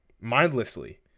mindlessly